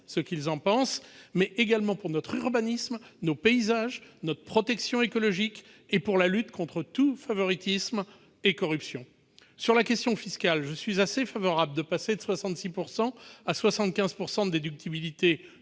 ce sujet -, mais également pour notre urbanisme, nos paysages, notre protection écologique et la lutte contre tout favoritisme et toute corruption. Sur la question fiscale, je suis assez favorable à l'idée de passer de 66 % à 75 % de déductibilité